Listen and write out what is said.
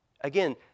Again